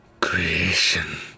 Creation